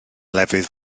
lefydd